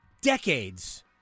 decades